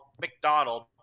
McDonald